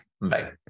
bye